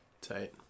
Tight